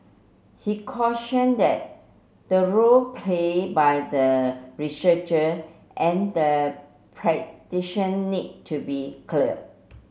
he caution that the role played by the researcher and the practitioner need to be clear